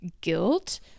guilt